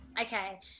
okay